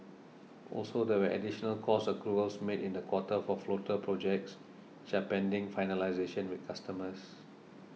also there were additional cost accruals made in the quarter for floater projects which are pending finalisation with customers